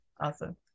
awesome